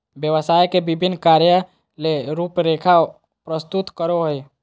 व्यवसाय के विभिन्न कार्य ले रूपरेखा प्रस्तुत करो हइ